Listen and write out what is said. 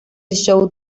show